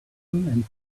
and